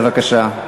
בבקשה.